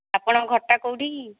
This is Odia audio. ଆପଣଙ୍କର ଘରଟା କେଉଁଠି କି